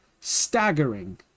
staggering